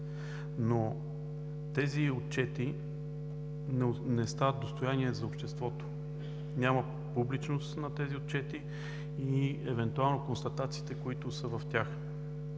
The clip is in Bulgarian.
но тези отчети не стават достояние за обществото. Няма публичност на тези отчети и евентуално констатациите, които са в тях.